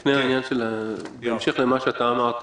בהמשך לכך שקראת